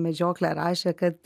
medžioklę rašė kad